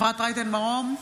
אפרת רייטן מרום,